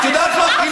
ואת יודעת מה?